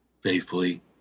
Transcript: faithfully